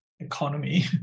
economy